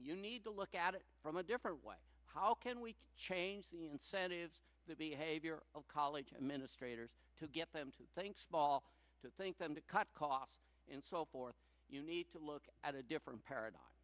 you need to look at it from a different way how can we change the incentives the behavior of college administrators to get them to think small to think them to cut costs and so forth you need to look at a different paradigm